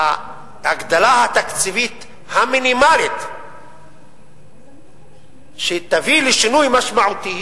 שההגדלה התקציבית המינימלית שתביא לשינוי משמעותי